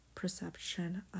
perception